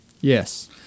Yes